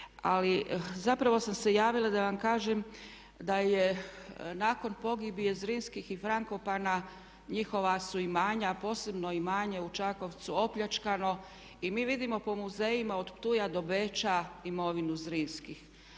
Ali zapravo sam se javila da vam kažem da je nakon pogibije Zrinskih i Frankopana njihova su imanja, a posebno imanje u Čakovcu opljačkano i mi vidimo po muzejima od Ptuja do Beča imovinu Zrinskih.